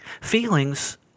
Feelings